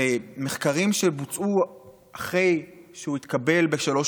מחקרים שבוצעו אחרי שהוא התקבל בשלוש